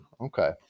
Okay